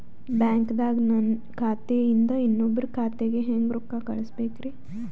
ಬ್ಯಾಂಕ್ದಾಗ ನನ್ ಖಾತೆ ಇಂದ ಇನ್ನೊಬ್ರ ಖಾತೆಗೆ ಹೆಂಗ್ ರೊಕ್ಕ ಕಳಸಬೇಕ್ರಿ?